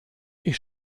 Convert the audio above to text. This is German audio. ich